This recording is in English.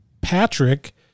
Patrick